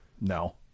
No